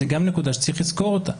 זאת גם נקודה שצריך לזכור אותה.